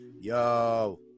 Yo